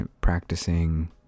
practicing